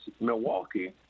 Milwaukee